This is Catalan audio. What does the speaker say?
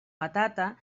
patata